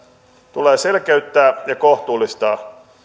tulee selkeyttää ja kohtuullistaa